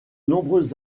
nombreuses